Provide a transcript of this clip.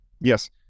Yes